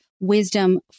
wisdom